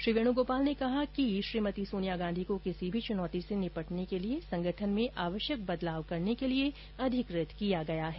श्री वेणुगोपाल ने कहा कि सोनिया गांधी को किसी भी चुनौती से निपटने के लिए संगठन में आवश्यक बदलाव करने के लिए अधिकृत किया है